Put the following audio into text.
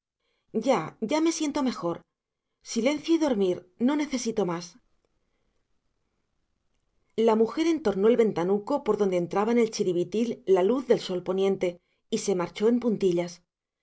ya ya me siento mejor silencio y dormir no necesito más la mujer entornó el ventanuco por donde entraba en el chiribitil la luz del sol poniente y se marchó en puntillas